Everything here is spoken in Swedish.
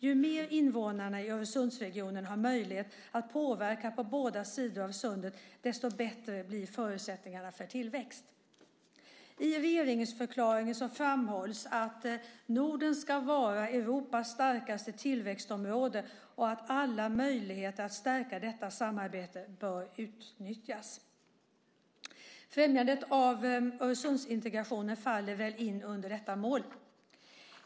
Ju mer invånarna i Öresundsregionen har möjlighet att verka på båda sidorna av sundet, desto bättre blir förutsättningarna för tillväxt. I regeringsförklaringen framhålls att Norden ska vara Europas starkaste tillväxtområde och att alla möjligheter att stärka detta samarbete bör utnyttjas. Främjande av Öresundsintegrationen faller väl in under detta mål.